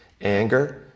Anger